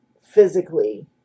physically